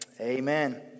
amen